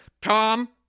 Tom